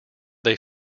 they